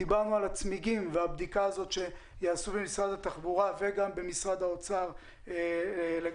דיברנו על הצמיגים ועל הבדיקה שיעשו במשרד התחבורה ובמשרד האוצר לגבי